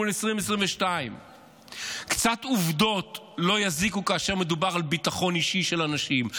מול 2022. קצת עובדות לא יזיקו כאשר מדובר על ביטחון אישי של אנשים.